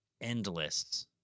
endless